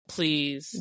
Please